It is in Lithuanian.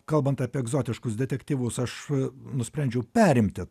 kalbant apie egzotiškus detektyvus aš nusprendžiau perimti